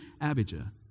Abijah